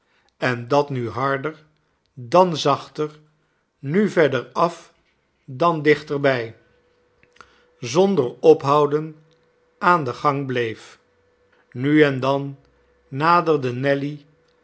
en dat nu harder dan zachter nu verder af dan dichter bij zonder ophouden aan den gang bleef nu en dan naderde nelly